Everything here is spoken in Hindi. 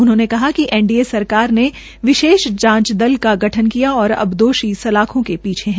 उन्होंने कहा कि एनडीए सरकार ने विशेष जांच दल का गठन किया और अब दोषी सलाखों के पीछे है